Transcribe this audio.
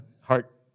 heart